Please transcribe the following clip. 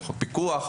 בחוק הפיקוח,